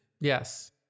yes